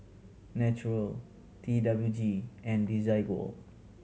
Naturel T W G and Desigual